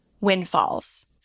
windfalls